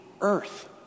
earth